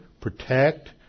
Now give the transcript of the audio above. protect